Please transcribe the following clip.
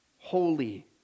Holy